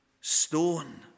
stone